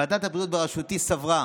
ועדת הבריאות בראשותי סברה